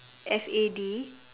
F A D